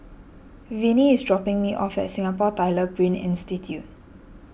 Vinie is dropping me off at Singapore Tyler Print Institute